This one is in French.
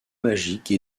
magique